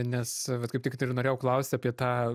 nes vat kaip tik ir norėjau klausti apie tą